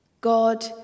God